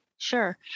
Sure